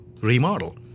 remodel